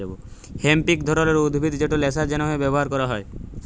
hemp ইক ধরলের উদ্ভিদ যেট ল্যাশার জ্যনহে ব্যাভার ক্যরা হ্যয়